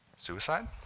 Suicide